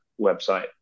website